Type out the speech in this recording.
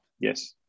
Yes